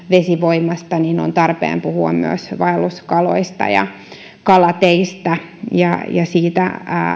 vesivoimasta on tarpeen puhua myös vaelluskaloista ja kalateistä ja ja siitä